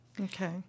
Okay